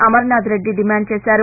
Amarnath Reddy demand చేశారు